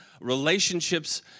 relationships